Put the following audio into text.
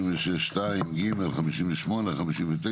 56(2)(ג), 58, 59,